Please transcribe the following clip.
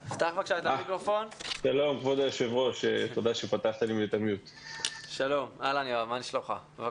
שלום, כבוד היושב-ראש, היו